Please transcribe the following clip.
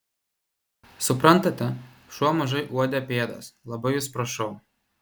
suprantate šuo mažai uodė pėdas labai jus prašau